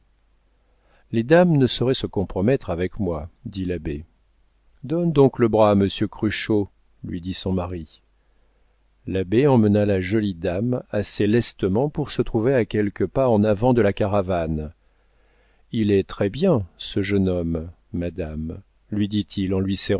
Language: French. les dames ne sauraient se compromettre avec moi dit l'abbé donne donc le bras à monsieur cruchot lui dit son mari l'abbé emmena la jolie dame assez lestement pour se trouver à quelques pas en avant de la caravane il est très-bien ce jeune homme madame lui dit-il